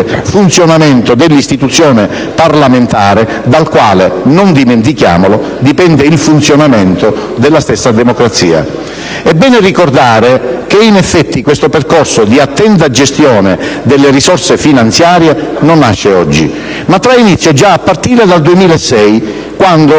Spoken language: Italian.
funzionamento dell'istituzione parlamentare, dal quale - non dimentichiamolo - dipende il funzionamento della stessa democrazia. È bene ricordare che in effetti questo percorso di attenta gestione delle risorse finanziarie non nasce oggi, ma trae inizio già a partire dal 2006, quando